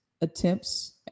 attempts